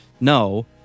no